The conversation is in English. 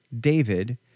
David